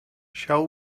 shall